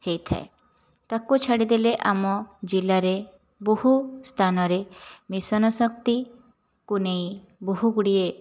ହୋଇଥାଏ ତାକୁ ଛାଡ଼ିଦେଲେ ଆମ ଜିଲ୍ଲାରେ ବହୁ ସ୍ଥାନରେ ମିଶନ ଶକ୍ତିକୁ ନେଇ ବହୁଗୁଡ଼ିଏ